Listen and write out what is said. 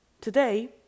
Today